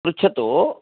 पृच्छतु